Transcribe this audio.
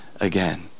again